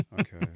Okay